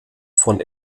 von